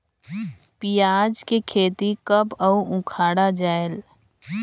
पियाज के खेती कब अउ उखाड़ा जायेल?